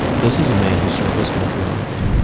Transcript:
this is a man who served his country honorably.